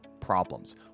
problems